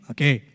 Okay